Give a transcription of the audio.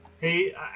hey